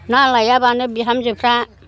ना लायाबानो बिहामजोफ्रा